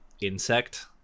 insect